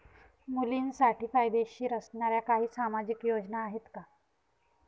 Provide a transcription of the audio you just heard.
मुलींसाठी फायदेशीर असणाऱ्या काही सामाजिक योजना आहेत का?